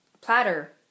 Platter